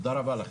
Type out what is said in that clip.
תודה רבה לכם.